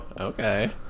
okay